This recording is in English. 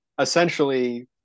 essentially